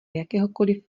jakéhokoliv